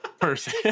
person